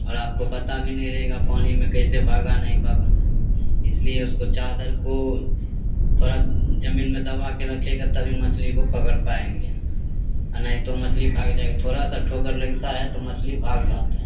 और आपको पता भी नहीं रहेगा पानी में कैसे भागा नहीं भाग इसलिए उसको चादर को थोड़ा जमीन में दबा के रखिएगा तभी मछली को पकड़ पाएंगे और नहीं तो मछली भाग जाएगी थोड़ा सा ठोकर लगता है तो मछली भाग जाते हैं